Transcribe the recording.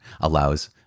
allows